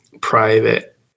private